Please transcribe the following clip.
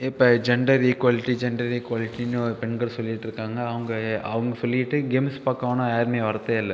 இப்போ gender equality gender ஈக்குவாலிட்டின்னு பெண்கள் சொல்லிட்டு இருக்காங்க அவங்க அவங்க சொல்லிவிட்டு கேம்ஸ் பக்கம் ஆனால் யாருமே வரதேயில்லை